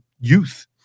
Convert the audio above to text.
youth